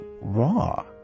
raw